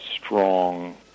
strong